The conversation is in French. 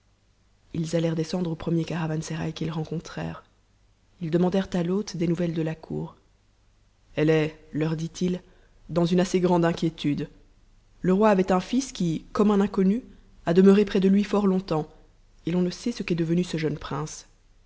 ils altèrent descendre au premier caravansérail qu'ils rencontrèrent ils demandèrent à l'hôte des nouvelles de la cour elle est leur dit-il dans une assez grande inquiétude le roi avait un fils qui comme un inconnu a demeuré près de lui fort longtemps et l'on ne sait ce qu'est devenu ce jeune prince